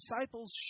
disciples